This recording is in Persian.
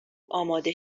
اماده